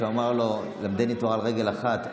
שהוא אמר לו: למדני תורה על רגל אחת,